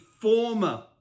former